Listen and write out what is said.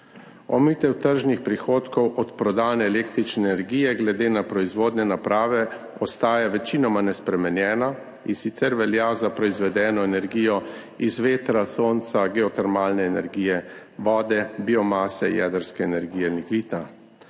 Omejitev tržnih prihodkov od prodane električne energije glede na proizvodne naprave ostaja večinoma nespremenjena, in sicer velja za proizvedeno energijo iz vetra, sonca, geotermalne energije, vode, biomase, jedrske energije, lignita.